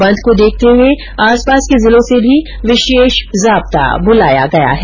बंद को देखते हुए आस पास के जिलों से भी विशेष जाब्ता बुलाया गया है